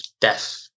death